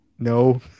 No